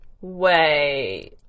Wait